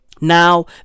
Now